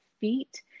feet